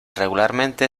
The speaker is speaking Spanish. regularmente